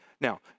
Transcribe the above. Now